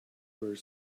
were